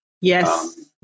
Yes